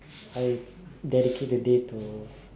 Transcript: I dedicate the day to